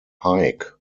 hike